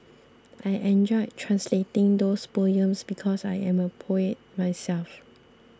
I enjoyed translating those poems because I am a poet myself